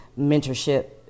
mentorship